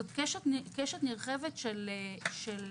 זאת קשת נרחבת של פרקטיקות,